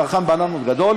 צרכן בננות גדול